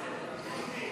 כנסת,